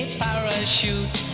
parachute